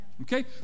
Okay